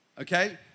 okay